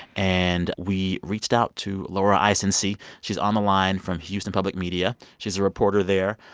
and we reached out to laura isensee. she's on the line from houston public media. she's a reporter there.